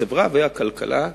החברה והכלכלה,